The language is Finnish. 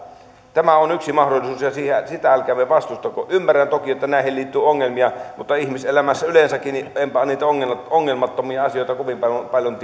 tämä on yksi mahdollisuus ja sitä älkäämme vastustako ymmärrän toki että näihin liittyy ongelmia mutta kuten ihmiselämässä yleensäkin enpä niitä ongelmattomia asioita kovin paljon paljon